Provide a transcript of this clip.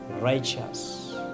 righteous